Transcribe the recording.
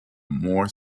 more